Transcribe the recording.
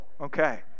okay